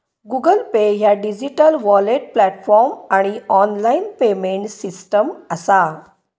Google Pay ह्या digital wallet platform आणि online payment system असा